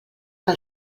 que